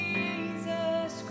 Jesus